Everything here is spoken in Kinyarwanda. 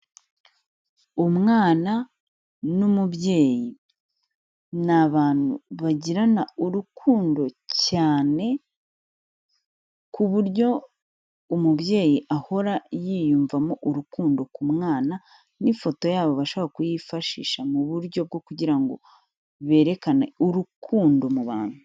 Umwana n'umubyeyi, ni abantu bagirana urukundo cyane, ku buryo umubyeyi ahora yiyumvamo urukundo ku mwana n'ifoto yabo bashobora kuyifashisha mu buryo bwo kugira ngo berekane urukundo mu bantu.